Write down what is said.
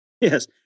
Yes